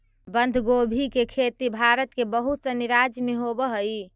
बंधगोभी के खेती भारत के बहुत सनी राज्य में होवऽ हइ